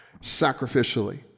sacrificially